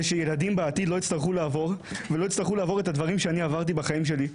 שילדים בעתיד לא יצטרכו לעבור את הדברים שאני עברתי בחיים שלי.